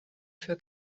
für